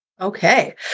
Okay